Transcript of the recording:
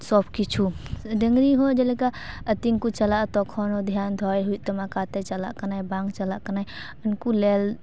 ᱥᱚᱵ ᱠᱤᱪᱷᱩ ᱰᱟᱝᱨᱤ ᱡᱮᱞᱮᱠᱟ ᱟᱹᱛᱤᱧ ᱠᱚ ᱪᱟᱞᱟᱜᱼᱟ ᱛᱚᱠᱷᱚᱱ ᱦᱚᱸ ᱫᱷᱮᱭᱟᱱ ᱫᱚᱦᱚᱭ ᱦᱩᱭᱩᱜ ᱛᱟᱢᱟ ᱚᱠᱟᱛᱮ ᱪᱟᱞᱟᱜ ᱠᱟᱱᱟᱭ ᱵᱟᱝ ᱪᱟᱞᱟᱜ ᱠᱟᱱᱟᱭ ᱩᱱᱠᱩ ᱧᱮᱞ